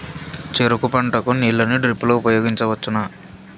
చెరుకు పంట కు నీళ్ళని డ్రిప్ లో ఉపయోగించువచ్చునా?